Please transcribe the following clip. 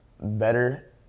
better